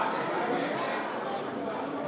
להלן התוצאות,